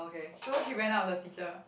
so she went out with the teacher